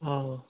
অ